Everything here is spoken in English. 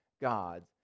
God's